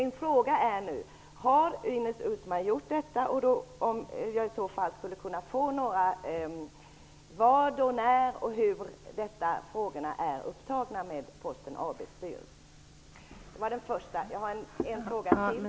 Min fråga är nu: Har Ines Uusmann gjort detta, och kan jag i så fall få några besked om när och hur dessa frågor har tagits upp med Posten AB:s styrelse?